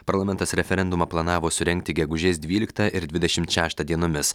parlamentas referendumą planavo surengti gegužės dvyliktą ir dvidešimt šeštą dienomis